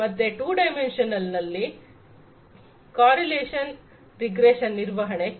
ಮತ್ತೆ 2 ಡೈಮೆನ್ಶನಲ್ನಲ್ಲಿನ correlation regression ನಿರ್ವಹಣೆ ಕೂಡ